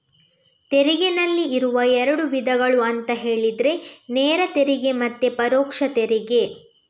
ತೆರಿಗೆನಲ್ಲಿ ಇರುವ ಎರಡು ವಿಧಗಳು ಅಂತ ಹೇಳಿದ್ರೆ ನೇರ ತೆರಿಗೆ ಮತ್ತೆ ಪರೋಕ್ಷ ತೆರಿಗೆ